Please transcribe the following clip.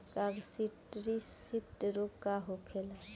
काकसिडियासित रोग का होखेला?